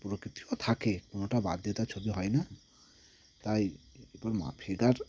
প্রকৃতিও থাকে কোনোটা বাদ দিয়ে তো আর ছবি হয় না তাই এরপর মা ফিগার